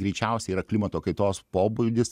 greičiausiai yra klimato kaitos pobūdis